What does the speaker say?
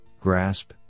grasp